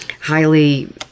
highly